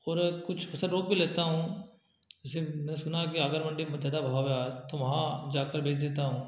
और कुछ फसल रोक भी लेता हूँ जैसे मैंने सुना है कि अगर मंडी में ज़्यादा भाव है आज तो वहाँ जाकर बेच देता हूँ